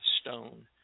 stone